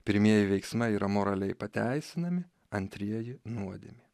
pirmieji veiksmai yra moraliai pateisinami antrieji nuodėmė